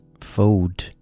food